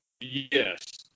yes